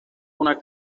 una